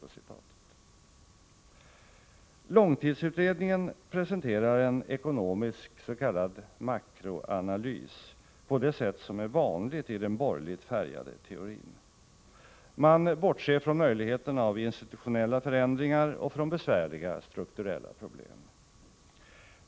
Långtidsutredningen presenterar en ekonomisk makroanalys på det sätt som är vanligt i den borgerligt färgade teorin. Man bortser från möjligheten av institutionella förändringar och från besvärliga strukturella problem.